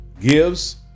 gives